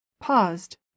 paused